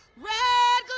red glare,